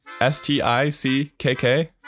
S-T-I-C-K-K